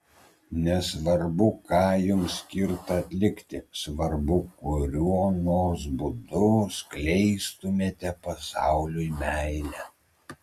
nesvarbu ką jums skirta atlikti svarbu kad kuriuo nors būdu skleistumėte pasauliui meilę